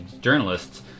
journalists